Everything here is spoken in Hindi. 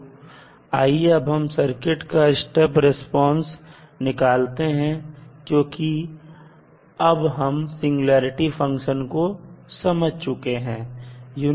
तो आइए अब हम सर्किट का स्टेप रिस्पांस निकालते हैं क्योंकि हम अब सिंगुलेरिटी फंक्शन को समझ चुके हैं